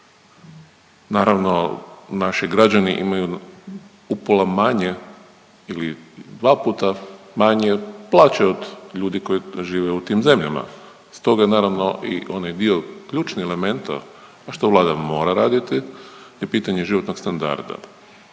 Naravno naši građani imaju upola manje ili dva puta manje plaće od ljudi koji žive u tim zemljama. Stoga naravno i onaj dio ključni elementa, a što Vlada mora raditi je pitanje životnog standarda.